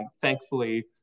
thankfully